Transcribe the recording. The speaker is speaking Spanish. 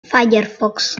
firefox